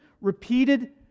repeated